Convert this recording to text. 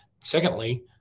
Secondly